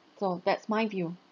so that's my view